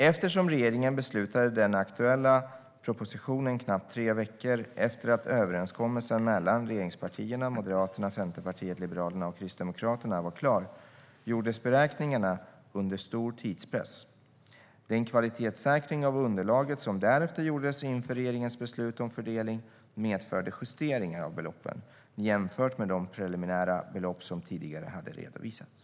Eftersom regeringen beslutade den aktuella propositionen knappt tre veckor efter att överenskommelsen mellan regeringspartierna, Moderaterna, Centerpartiet, Liberalerna och Kristdemokraterna var klar gjordes beräkningarna under stor tidspress. Den kvalitetssäkring av underlaget som därefter gjordes inför regeringens beslut om fördelning medförde justeringar av beloppen jämfört med de preliminära belopp som tidigare hade redovisats.